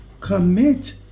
Commit